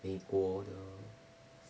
美国的